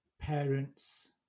parents